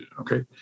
okay